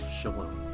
Shalom